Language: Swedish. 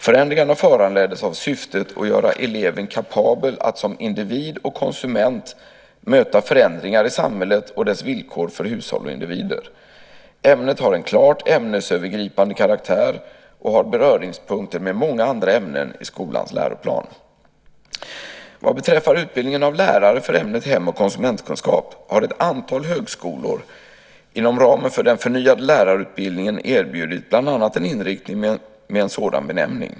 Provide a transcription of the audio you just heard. Förändringarna föranleddes av syftet att göra eleven kapabel att som individ och konsument möta förändringar i samhället och dess villkor för hushåll och individer. Ämnet har en klart ämnesövergripande karaktär och har beröringspunkter med många andra ämnen i skolans läroplan. Vad beträffar utbildningen av lärare för ämnet hem och konsumentkunskap har ett antal högskolor inom ramen för den förnyade lärarutbildningen erbjudit bland annat en inriktning med en sådan benämning.